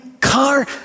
car